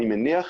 אני מניח,